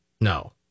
No